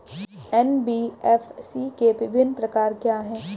NBFC के विभिन्न प्रकार क्या हैं?